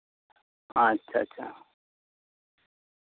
ᱟᱪᱪᱷᱟ ᱟᱪᱪᱷᱟ